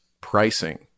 pricing